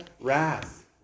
wrath